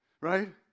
Right